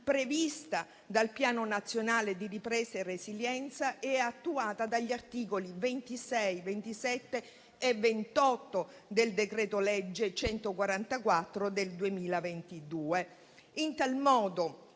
prevista dal Piano nazionale di ripresa e resilienza e attuata dagli articoli 26, 27 e 28 del decreto-legge n. 144 del 2022, in tal modo